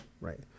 right